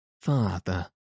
Father